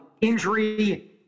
injury